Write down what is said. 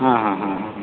ಹಾಂ ಹಾಂ ಹಾಂ ಹಾಂ ಹಾಂ